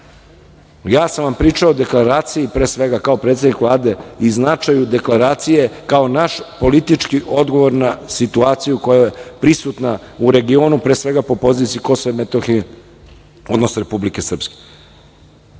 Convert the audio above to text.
Ja sam vam pričao o deklaraciji, pre svega, kao predsednik Vlade i značaju deklaracije kao naš politički odgovor na situaciju koja je prisutna u regionu pre svega po poziciji Kosova i Metohije, odnosno Republike Srpske,